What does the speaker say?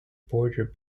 border